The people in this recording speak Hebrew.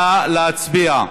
נא להצביע.